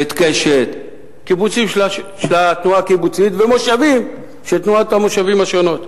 בית-קשת קיבוצים של התנועה הקיבוצית ומושבים של תנועות המושבים השונות.